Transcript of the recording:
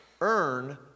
earn